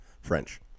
French